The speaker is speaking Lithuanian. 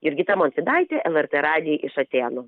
jurgita montvydaitė lrt radijui iš atėnų